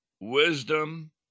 Wisdom